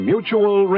Mutual